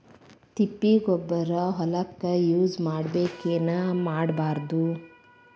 ತಿಪ್ಪಿಗೊಬ್ಬರ ಹೊಲಕ ಯೂಸ್ ಮಾಡಬೇಕೆನ್ ಮಾಡಬಾರದು?